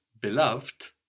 beloved